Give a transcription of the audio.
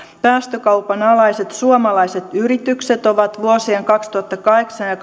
päästökaupan alaiset suomalaiset yritykset ovat vuosien kaksituhattakahdeksan ja